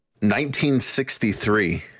1963